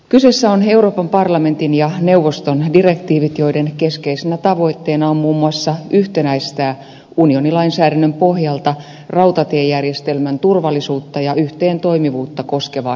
kyseessä ovat euroopan parlamentin ja neuvoston direktiivit joiden keskeisinä tavoitteina on muun muassa yhtenäistää unionin lainsäädännön pohjalta rautatiejärjestelmän turvallisuutta ja yhteentoimivuutta koskevaa säätelyä